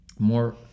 more